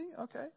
Okay